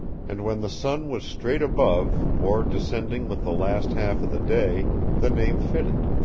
and when the sun was straight above, or descending with the last half of the day, the name fitted.